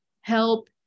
help